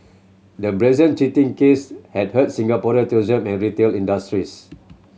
the brazen cheating case had hurt Singapore tourism and retail industries